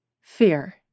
Fear